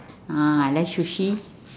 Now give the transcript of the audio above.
ah I like sushi